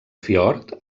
fiord